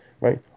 Right